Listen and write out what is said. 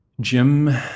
Jim